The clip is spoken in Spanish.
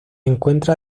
encuentra